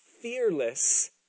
fearless